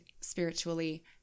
spiritually